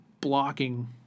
blocking